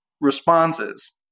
responses